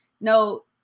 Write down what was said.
No